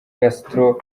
castro